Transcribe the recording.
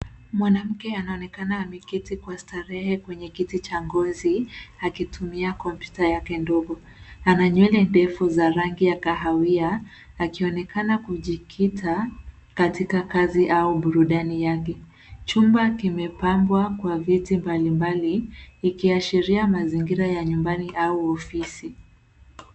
Mwanamke anaonekana ameketi kwa starehe kwenye kiti cha ngozi, akitumia kompyuta yake ndogo. Ana nywele ndefu za rangi ya kahawia, akionekana kujikita katika kazi au burudani yake. Chumba kimepambwa kwa viti mbalimbali, ikiashiria mazingira ya nyumbani au ofisi.